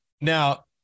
Now